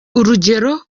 urugero